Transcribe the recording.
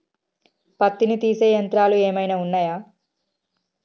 పత్తిని తీసే యంత్రాలు ఏమైనా ఉన్నయా?